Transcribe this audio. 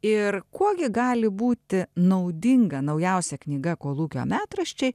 ir kuo gi gali būti naudinga naujausia knyga kolūkio metraščiai